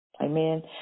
amen